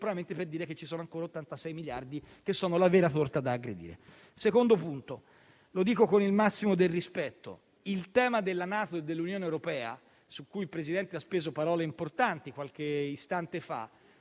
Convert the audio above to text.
contemporaneamente per dire che ce ne sono ancora 86 che sono la vera torta da aggredire. Secondo punto (lo dico con il massimo del rispetto): dal tema della NATO e dell'Unione europea, su cui il Presidente ha speso parole importanti qualche istante fa,